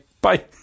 bye